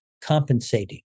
compensating